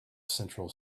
central